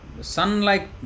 Sun-like